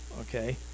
okay